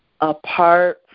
apart